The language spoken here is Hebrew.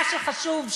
מה שחשוב,